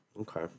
Okay